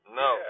no